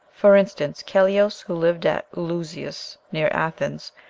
for instance, keleos, who lived at eleusis, near athens,